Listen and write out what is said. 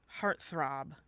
Heartthrob